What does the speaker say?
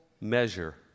measure